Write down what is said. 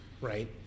right